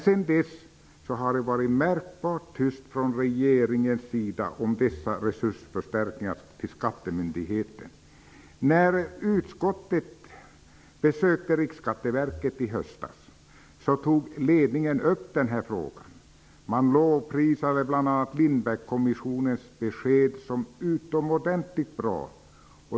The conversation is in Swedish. Sedan dess har det varit märkbart tyst från regeringens sida om dessa resursförstärkningar till skattemyndigheten. När utskottet besökte Riksskatteverket i höstas, tog ledningen upp denna fråga. Man lovprisade bl.a. Lindbeckkommissionens besked såsom utomordentligt bra.